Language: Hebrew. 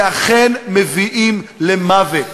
שאכן מביאים למוות.